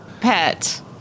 pet